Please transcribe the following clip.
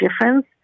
difference